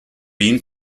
been